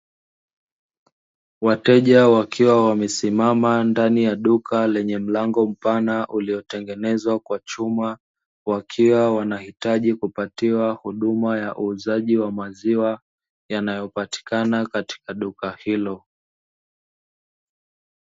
Wateja wakiwa wamesimama ndani ya duka lenye mlango mpana uliotengenezwa kwa chuma, wakiwa wanahitaji kupatiwa huduma ya uuzaji wa maziwa yanayopatikana katika duka hilo.